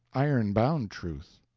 iron-bound truth,